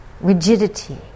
rigidity